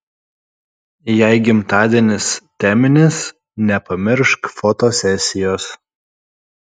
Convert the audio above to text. jei gimtadienis teminis nepamiršk fotosesijos